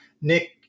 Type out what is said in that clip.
Nick